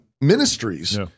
ministries